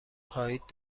خواهید